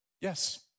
yes